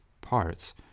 parts